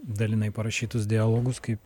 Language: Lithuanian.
dalinai parašytus dialogus kaip